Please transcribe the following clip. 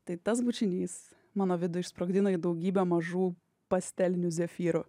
tai tas bučinys mano vidų išsprogdino į daugybę mažų pastelinių zefyrų